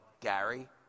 Gary